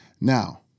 Now